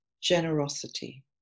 generosity